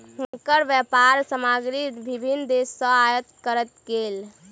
हुनकर व्यापारक सामग्री विभिन्न देस सॅ आयात कयल गेल